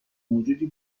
موجودی